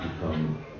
become